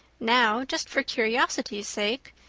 now, just for curiosity's sake,